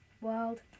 world